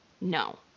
No